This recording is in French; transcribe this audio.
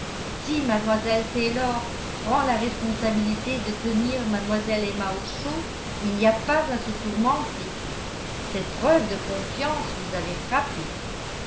si mlle taylor prend la responsabilité de tenir mlle emma au chaud il n'y a pas à se tourmenter cette preuve de confiance vous avait frappé